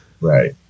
Right